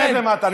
רד למטה.